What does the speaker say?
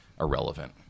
irrelevant